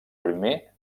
primer